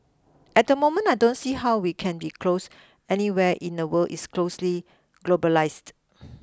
at the moment I don't see how we can be closed anywhere in the world is closely globalised